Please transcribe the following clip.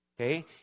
Okay